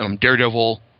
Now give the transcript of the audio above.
Daredevil